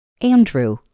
Andrew